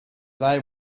they